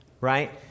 right